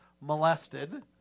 molested